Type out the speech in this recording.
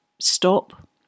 stop